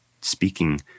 speaking